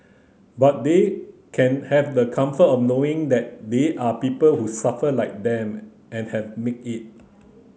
but they can have the comfort of knowing that there are people who suffered like them and have made it